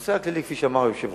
בנושא הכללי, כפי שאמר היושב-ראש,